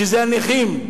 שזה הנכים,